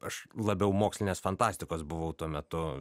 aš labiau mokslinės fantastikos buvau tuo metu